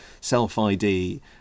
self-ID